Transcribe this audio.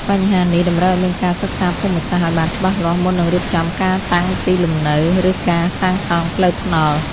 បញ្ហានេះតម្រូវឱ្យមានការសិក្សាភូមិសាស្ត្រឱ្យបានច្បាស់លាស់មុននឹងរៀបចំការតាំងទីលំនៅ ឬការសាងសង់ផ្លូវថ្នល់។